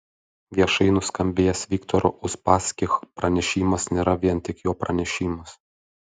viešai nuskambėjęs viktoro uspaskich pranešimas nėra vien tik jo pranešimas